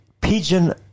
pigeon